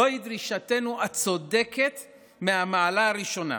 זוהי דרישתנו הצודקת מהמעלה הראשונה.